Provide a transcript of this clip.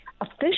official